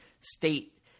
state